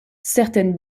certaines